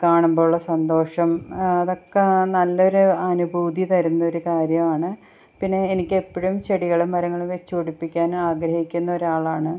കാണുമ്പോൾ ഉള്ള സന്തോഷം അതൊക്കെ നല്ലൊരു അനുഭൂതി തരുന്നൊരു കാര്യമാണ് പിന്നെ എനിക്കെപ്പോഴും ചെടികളും മരങ്ങളും വെച്ചു പിടിപ്പിക്കാനാഗ്രഹിക്കുന്ന ഒരാളാണ്